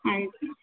ਹਾਂਜੀ